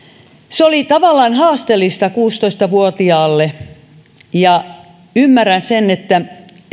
se oli tavallaan haasteellista kuusitoista vuotiaalle ja ymmärrän sen että